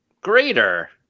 greater